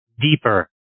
deeper